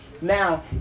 now